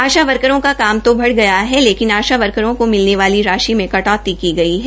आशा वर्करों का काम तो बढ़ गया है लेकिन आशा वर्करों को मिलने वाली राशी में कटौती की गई है